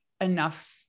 enough